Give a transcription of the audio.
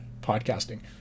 podcasting